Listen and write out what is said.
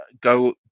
go